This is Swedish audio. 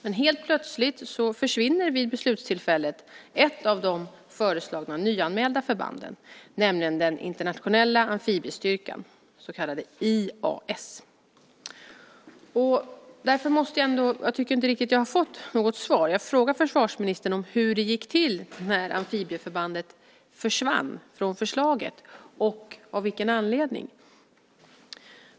Men helt plötsligt försvann vid beslutstillfället ett av de föreslagna nyanmälda förbanden, nämligen den internationella amfibiestyrkan, den så kallade IAS. Jag tycker inte riktigt att jag har fått något svar. Jag frågade försvarsministern hur det gick till när amfibieförbandet försvann från förslaget och av vilken anledning.